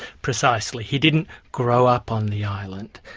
precisely. he didn't grow up on the island,